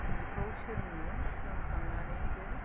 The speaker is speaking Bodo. जिखौ सोङो सोंखांनानैसो